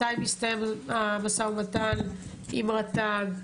מתי מסתיים המשא ומתן עם רט"ג,